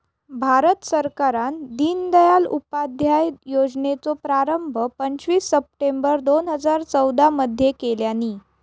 भारत सरकारान दिनदयाल उपाध्याय योजनेचो प्रारंभ पंचवीस सप्टेंबर दोन हजार चौदा मध्ये केल्यानी